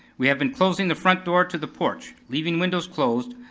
we have been closing the front door to the porch, leaving windows closed,